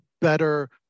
better